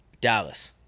Dallas